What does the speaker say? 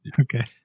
Okay